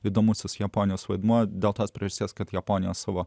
įdomusis japonijos vaidmuo dėl tos priežasties kad japonija savo